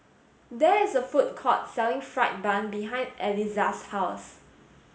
there is a food court selling fried bun behind Elizah's house